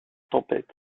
tempête